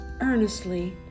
earnestly